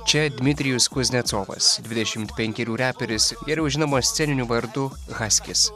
čia dmitrijus kuznecovas dvidešimt penkerių reperis geriau žinomas sceniniu vardu haskis